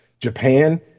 Japan